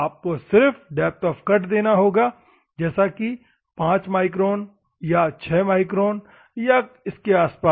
आपको सिर्फ depth of cut देना होगा जैसे कि 5 माइक्रोन या 6 माइक्रोन या इसके आसपास